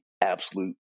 absolute